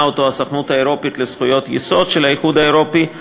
הסוכנות האירופית לזכויות יסוד של האיחוד האירופי,